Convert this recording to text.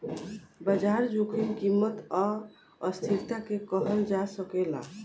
बाजार जोखिम कीमत आ अस्थिरता के कहल जा सकेला